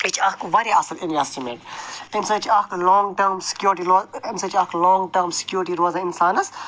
یہِ چھِ اکھ واریاہ اصٕل اِنوٮ۪سٹٕمٮ۪نٛٹ تَمہِ سۭتۍ چھِ اکھ لانٛگ ٹٔرٕم سِکیورٹی اَمہِ سۭتۍ چھِ اَکھ لانٛگ ٹٔرٕم سِکیورٹی روزان اِنسانَس